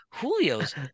Julio's